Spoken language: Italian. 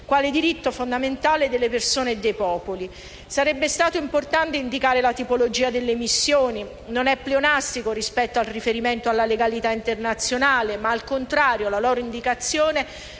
quale diritto fondamentale delle persone e dei popoli. Sarebbe stato importante indicare la tipologia delle missioni: non è pleonastico rispetto al riferimento alla legalità internazionale, ma al contrario la loro indicazione